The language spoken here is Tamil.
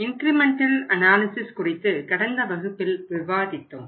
இன்கிரிமெண்டல் அனாலிசிஸ் குறித்து கடந்த வகுப்பில் விவாதித்தோம்